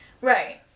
Right